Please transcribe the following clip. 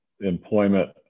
employment